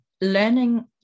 learning